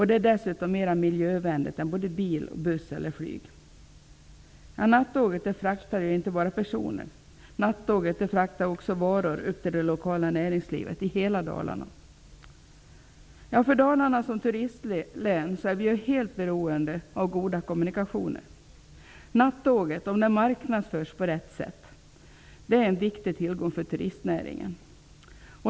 Det är dessutom mer miljövänligt än bil, buss eller flyg. Nattåget fraktar inte bara personer. Nattåget fraktar också varor upp till det lokala näringslivet i hela Dalarna. Som turistlän är vi i Dalarna helt beroende av goda kommunikationer. Nattåget -- om det marknadsförs på rätt sätt -- är en viktig tillgång för turistnäringen.